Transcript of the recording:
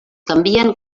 canvien